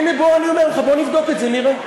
הנה, בוא, אני אומר לך, בוא נבדוק את זה, נראה.